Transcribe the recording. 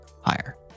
Higher